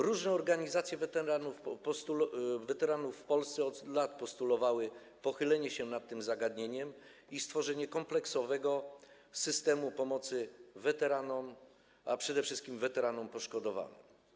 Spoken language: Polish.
Różne organizacje weteranów w Polsce od lat postulowały pochylenie się nad tym zagadnieniem i stworzenie kompleksowego systemu pomocy weteranom, a przede wszystkim weteranom poszkodowanym.